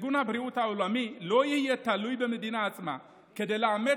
ארגון הבריאות העולמי לא יהיה תלוי במדינה עצמה כדי לאמת